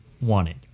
wanted